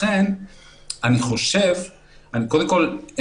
קודם כול,